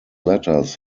letters